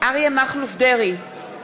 אריה מכלוף דרעי,